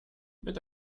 mit